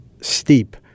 steep